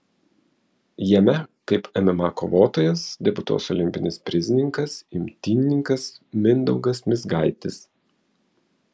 jame kaip mma kovotojas debiutuos olimpinis prizininkas imtynininkas mindaugas mizgaitis